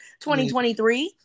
2023